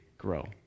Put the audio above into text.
Grow